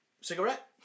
Cigarette